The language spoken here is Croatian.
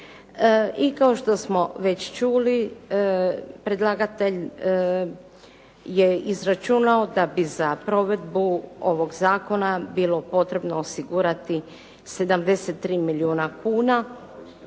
I kao što smo već čuli, predlagatelj je izračunao da bi za provedbu ovoga zakona bilo potrebno osigurati 73 milijuna kuna.